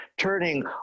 Turning